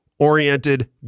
oriented